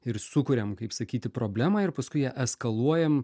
ir sukuriam kaip sakyti problemą ir paskui ją eskaluojam